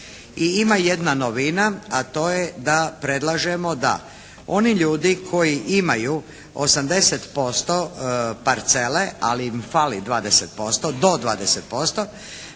ima jedna novina a to je da predlažemo da oni ljudi koji imaju 80% parcele ali im fali 20%, do 20%